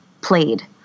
played